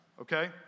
okay